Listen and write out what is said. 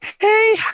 Hey